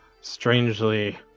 strangely